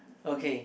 okay